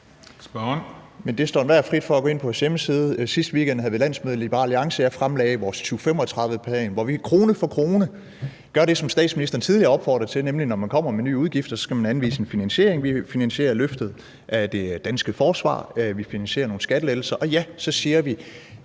Det står enhver frit for at gå ind på vores hjemmeside. Sidste weekend havde vi landsmøde i Liberal Alliance, og jeg fremlagde vores 2035-plan, hvor vi krone for krone gør det, som statsministeren tidligere har opfordret til, nemlig at man, når man kommer med nye udgifter, skal anvise en finansiering. Vi finansierer løftet af det danske forsvar, vi finansierer nogle skattelettelser, og ja, så siger vi,